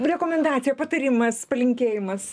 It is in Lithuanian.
rekomendacija patarimas palinkėjimas